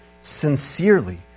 sincerely